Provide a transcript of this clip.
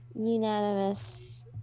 unanimous